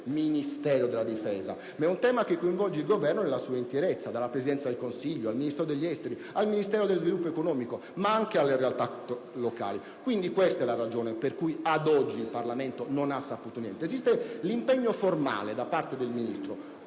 del Ministero della difesa, ma coinvolge il Governo nella sua interezza, dalla Presidenza del Consiglio al Ministero degli affari esteri al Ministero dello sviluppo economico, ma anche alle realtà locali. Questa è la ragione per cui ad oggi il Parlamento non ha saputo nulla. Esiste l'impegno formale da parte del Ministro,